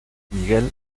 miguel